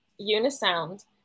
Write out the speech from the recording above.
Unisound